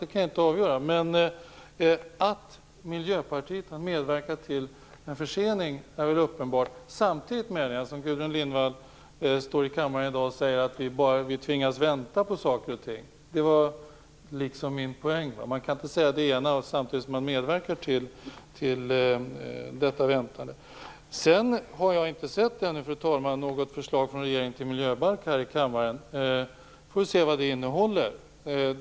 Men det är uppenbart att Miljöpartiet har medverkat till en försening. Samtidigt står Gudrun Lindvall i dag i kammaren och säger att vi bara tvingas vänta på saker och ting. Det är det som är min poäng: man kan inte säga så och samtidigt medverka till detta väntande. Fru talman! Jag har ännu inte sett något förslag till miljöbalk från regeringen här i kammaren. Vi får se vad det innehåller.